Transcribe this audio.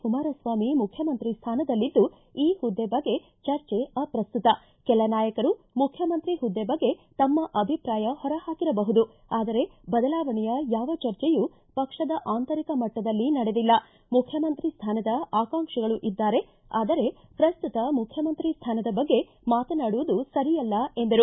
ಕುಮಾರಸ್ವಾಮಿ ಮುಖ್ಯಮಂತ್ರಿ ಸ್ಟಾನದಲ್ಲಿದ್ದು ಈ ಹುದ್ದೆ ಬಗ್ಗೆ ಚರ್ಚೆ ಅಪ್ರಸ್ತುತ ಕೆಲ ನಾಯಕರು ಮುಖ್ಯಮಂತ್ರಿ ಹುದ್ದೆ ಬಗ್ಗೆ ತಮ್ಮ ಅಭಿಪ್ರಾಯ ಹೊರ ಹಾಕಿರಬಹುದು ಆದರೆ ಬದಲಾವಣೆಯ ಯಾವ ಚರ್ಚೆಯೂ ಪಕ್ಷದ ಆಂತರಿಕ ಮಟ್ಟದಲ್ಲಿ ನಡೆದಿಲ್ಲ ಮುಖ್ಯಮಂತ್ರಿ ಸ್ವಾನದ ಆಕಾಂಕ್ಷಿಗಳು ಇದ್ದಾರೆ ಆದರೆ ಪ್ರಸ್ನುತ ಮುಖ್ಯಮಂತ್ರಿ ಸ್ನಾನದ ಬಗ್ಗೆ ಮಾತನಾಡುವುದು ಸರಿಯಲ್ಲ ಎಂದರು